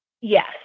Yes